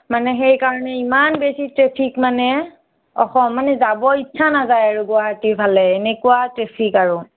মানে সেই কাৰণে ইমান বেছি ট্ৰেফিক মানে মানে যাব ইচ্ছা নাযায় আৰু গুৱাহাটীত সেইফাকে এনেকুৱা ট্ৰেফিক আৰু